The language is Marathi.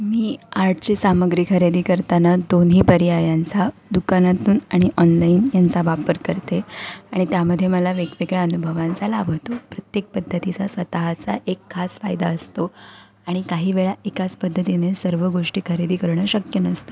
मी आर्टची सामग्री खरेदी करताना दोन्ही पर्यायांचा दुकानातून आणि ऑनलाईन यांचा वापर करते आणि त्यामध्ये मला वेगवेगळ्या अनुभवांचा लाभ होतो प्रत्येक पद्धतीचा स्वतःचा एक खास फायदा असतो आणि काही वेळा एकाच पद्धतीने सर्व गोष्टी खरेदी करणं शक्य नसतं